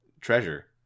treasure